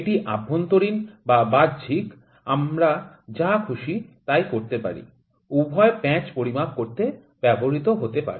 এটি অভ্যন্তরীণ বা বাহ্যিক আমরা যা খুশি তাই করি উভয় প্যাঁচ পরিমাপ করতে ব্যবহৃত হতে পারে